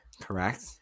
Correct